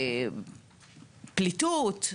בפליטות.